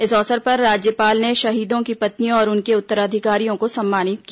इस अवसर पर राज्यपाल ने शहीदों की पत्नियों और उनके उत्तराधिकारियों को सम्मानित किया